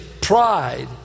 pride